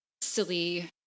silly